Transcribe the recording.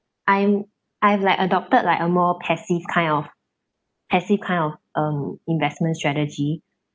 I'm I've like adopted like a more passive kind of passive kind of um investment strategy